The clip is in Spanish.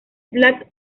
black